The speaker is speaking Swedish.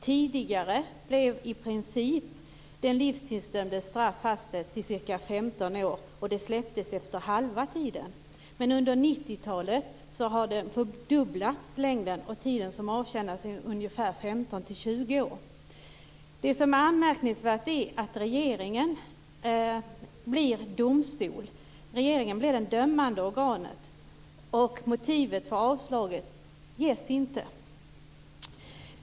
Tidigare blev i princip de livstidsdömdas straff fastställt till ca 15 år, och de släpptes efter halva tiden. Under 1990-talet har längden fördubblats och tiden som avtjänas är 15-20 år. Det som är anmärkningsvärt är att regeringen blir domstol. Regeringen blir det dömande organet. Motivet för avslaget ges inte.